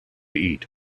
eat